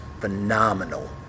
phenomenal